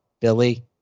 Billy